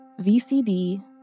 VCD